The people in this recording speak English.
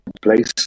place